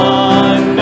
one